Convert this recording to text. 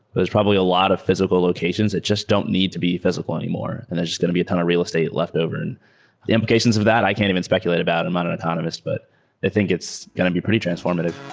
probably a lot of physical locations. it just don't need to be physical anymore and there's just going to be a ton of real estate left over. and the implications of that i can't even speculate about. i'm not an economist, but i think it's going to be pretty transformative.